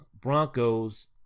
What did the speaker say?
Broncos